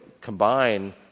combine